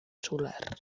solar